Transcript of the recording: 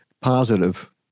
positive